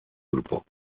grupo